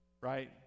Right